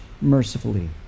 mercifully